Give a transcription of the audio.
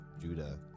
Judah